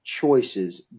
choices